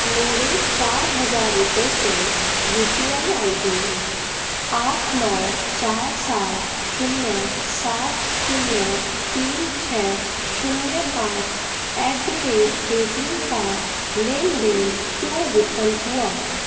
मेरे चार हज़ार रुपये से U P I I D आठ नौ चार सात शून्य सात शून्य तीन छ शून्य पाँच एट दी रेट पेटीएम का लेन देन क्यों विफल हुआ